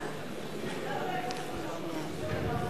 משתמשים בכנסת.